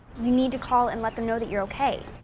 you need to call and let them know that you're okay.